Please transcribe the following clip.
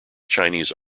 chinese